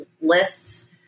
lists